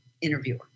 interviewer